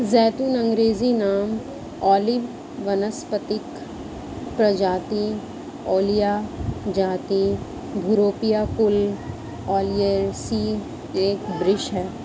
ज़ैतून अँग्रेजी नाम ओलिव वानस्पतिक प्रजाति ओलिया जाति थूरोपिया कुल ओलियेसी एक वृक्ष है